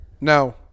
No